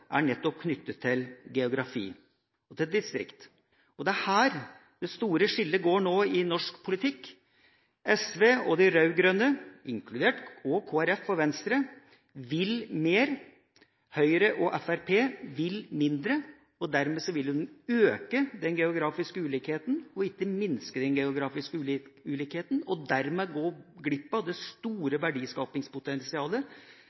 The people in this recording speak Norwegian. er nettopp knyttet til geografi og til distrikt. Det er her det store skillet nå går i norsk politikk. SV og de rød-grønne pluss Kristelig Folkeparti og Venstre vil mer. Høyre og Fremskrittspartiet vil mindre, og dermed vil en øke den geografiske ulikheten og ikke minske den.